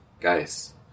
guys